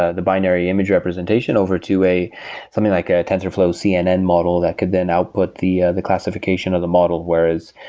ah the binary image representation over to something like ah a tensorflow cnn model that could then output the ah the classification of the model. whereas,